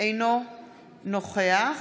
אינו נוכח